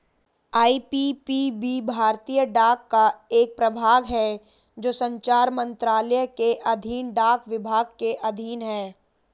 IPPB भारतीय डाक का एक प्रभाग है जो संचार मंत्रालय के अधीन डाक विभाग के अधीन है